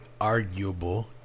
Arguable